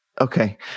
Okay